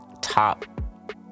top